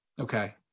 Okay